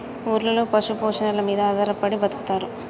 ఊర్లలో పశు పోషణల మీద ఆధారపడి బతుకుతారు